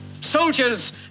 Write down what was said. Soldiers